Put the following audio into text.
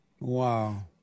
Wow